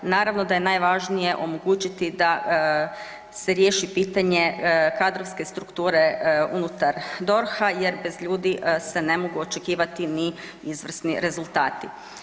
Naravno da je najvažnije omogućiti da se riješi pitanje kadrovske strukture unutar DORH-a jer bez ljudi se ne mogu očekivati ni izvrsni rezultati.